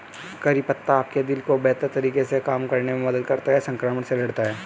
करी पत्ता आपके दिल को बेहतर तरीके से काम करने में मदद करता है, संक्रमण से लड़ता है